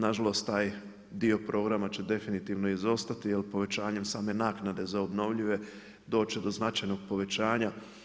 Nažalost taj dio programa će definitivno izostati jer povećanjem same naknade za obnovljive doći će do značajnog povećanja.